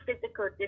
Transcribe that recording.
physical